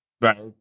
Right